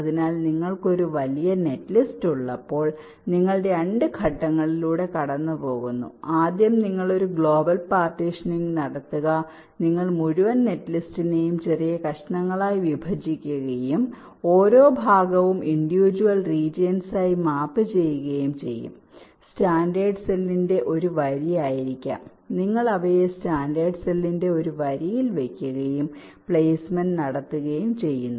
അതിനാൽ നിങ്ങൾക്ക് ഒരു വലിയ നെറ്റ്ലിസ്റ്റ് ഉള്ളപ്പോൾ നിങ്ങൾ 2 ഘട്ടങ്ങളിലൂടെ കടന്നുപോകുന്നു ആദ്യം നിങ്ങൾ ഒരു ഗ്ലോബൽ പാർട്ടീഷനിങ് നടത്തുക നിങ്ങൾ മുഴുവൻ നെറ്റ്ലിസ്റ്റിനെയും ചെറിയ കഷണങ്ങളായി വിഭജിക്കുകയും ഓരോ ഭാഗവും ഇൻഡിയുജീവൽ റീജിയൻസ് ആയി മാപ്പ് ചെയ്യുകയും ചെയ്യും സ്റ്റാൻഡേർഡ് സെല്ലിന്റെ ഒരു വരി ആയിരിക്കാം നിങ്ങൾ അവയെ സ്റ്റാൻഡേർഡ് സെല്ലിന്റെ ഒരു വരിയിൽ വയ്ക്കുകയും പ്ലെയ്സ്മെന്റ് നടത്തുകയും ചെയ്യുന്നു